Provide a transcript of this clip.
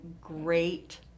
great